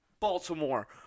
Baltimore